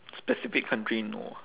specific country no ah